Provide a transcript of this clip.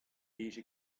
bije